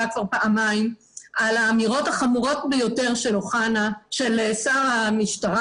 כבר פעמיים על האמירות החמורות ביותר של שר המשטרה,